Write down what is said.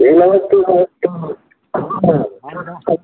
नमस्ते नमस्कार हम बम्बइ